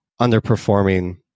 underperforming